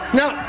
now